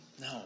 No